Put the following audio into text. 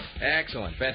Excellent